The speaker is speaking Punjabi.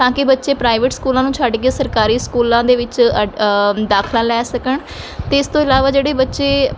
ਤਾਂ ਕਿ ਬੱਚੇ ਪ੍ਰਾਈਵੇਟ ਸਕੂਲਾਂ ਨੂੰ ਛੱਡ ਕੇ ਸਰਕਾਰੀ ਸਕੂਲਾਂ ਦੇ ਵਿੱਚ ਅ ਦਾਖਲਾ ਲੈ ਸਕਣ ਅਤੇ ਇਸ ਤੋਂ ਇਲਾਵਾ ਜਿਹੜੇ ਬੱਚੇ